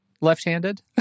left-handed